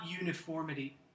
uniformity